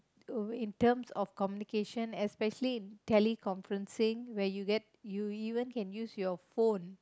in terms of communication especially in teleconferencing where you get you you even get to use your phone